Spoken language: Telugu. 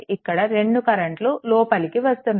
ఇక్కడ రెండు కరెంట్లు లోపలికి వస్తున్నాయి